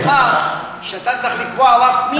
כלומר, אתה צריך לקבוע רף מינימום.